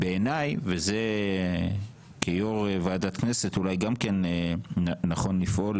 בעיני, וזה אופיר, כיו"ר ועדת כנסת גם נכון לפעול